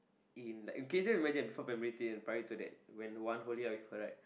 in like okay just imagine before primary three and prior to that when one whole year I with her right